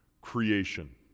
creation